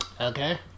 Okay